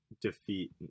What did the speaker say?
defeat